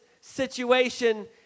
situation